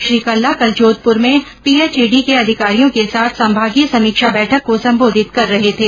श्री कल्ला कल जोधपुर में P H E D के अधिकारियों के साथ संभागीय समीक्षा बैठक को संबोधित कर रहे थे